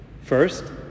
First